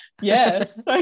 Yes